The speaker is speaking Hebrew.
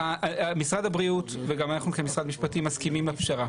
משרד הבריאות וגם אנחנו כמשרד משפטים מסכימים על פשרה.